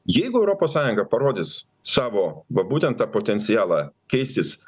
jeigu europos sąjunga parodys savo va būtent tą potencialą keistis